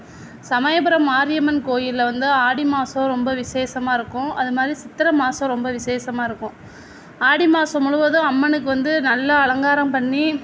சமயபுரம் மாரியம்மன் கோயிலில் வந்து ஆடி மாசம் ரொம்ப விசேஷமா இருக்கும் அது மாதிரி சித்தரை மாசம் ரொம்ப விசேஷமாக இருக்கும் ஆடி மாசம் முழுவதும் அம்மனுக்கு வந்து நல்ல அலங்காரம் பண்ணி